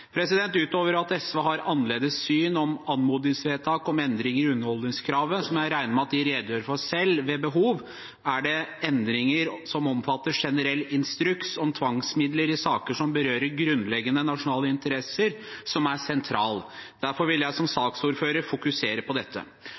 SV har et annerledes syn på anmodningsvedtak om endringer i underholdskravet, som jeg regner med at de redegjør for selv. Det er endringer som omfatter generell instruks om bruk av tvangsmidler i saker som berører grunnleggende nasjonale interesser, som er sentrale. Derfor vil jeg som saksordfører fokusere på dette.